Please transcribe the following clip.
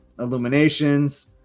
Illuminations